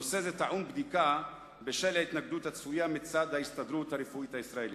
נושא זה טעון בדיקה בשל ההתנגדות הצפויה מצד ההסתדרות הרפואית הישראלית.